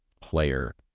player